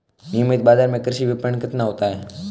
नियमित बाज़ार में कृषि विपणन कितना होता है?